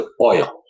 oil